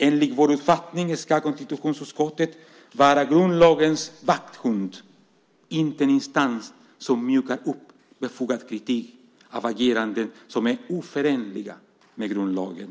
Enligt vår uppfattning ska konstitutionsutskottet vara grundlagens vakthund, inte en instans som mjukar upp befogad kritik av ageranden som är oförenliga med grundlagen.